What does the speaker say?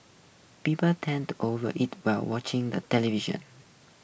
people tend to over eat while watching the television